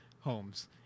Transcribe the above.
homes